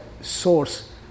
source